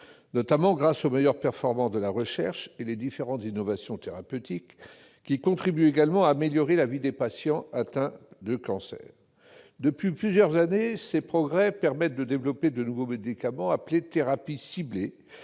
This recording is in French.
notamment grâce aux meilleures performances de la recherche et aux différentes innovations thérapeutiques, qui contribuent également à améliorer la vie des patients atteints de cancer. Depuis plusieurs années, ces progrès ont abouti au développement de nouveaux médicaments, appelés thérapies ciblées,